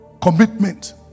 commitment